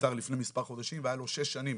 שנפטר לפני מספר חודשים והיה לו שש שנים